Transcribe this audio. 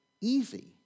easy